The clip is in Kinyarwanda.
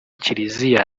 kiriziya